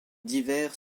divers